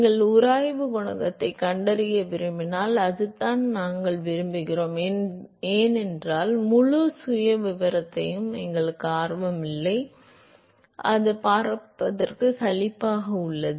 நீங்கள் உராய்வு குணகத்தைக் கண்டறிய விரும்பினால் அதுதான் நாங்கள் விரும்புகிறோம் ஏனென்றால் முழு சுயவிவரத்திலும் எங்களுக்கு ஆர்வம் இல்லை முழு சுயவிவரத்தையும் பார்ப்பது மிகவும் சலிப்பாக இருக்கிறது